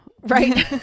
Right